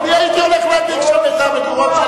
ואני הייתי הולך להדליק שם את המדורות.